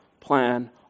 plan